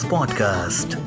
Podcast